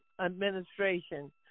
administration